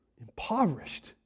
impoverished